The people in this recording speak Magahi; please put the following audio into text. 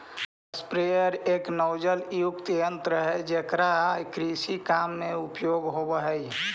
स्प्रेयर एक नोजलयुक्त यन्त्र हई जेकरा कृषि काम में उपयोग होवऽ हई